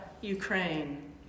Ukraine